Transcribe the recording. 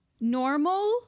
normal